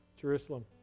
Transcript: Jerusalem